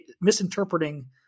misinterpreting